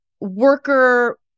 worker